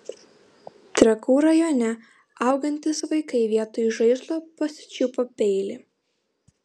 trakų rajone augantys vaikai vietoj žaislo pasičiupo peilį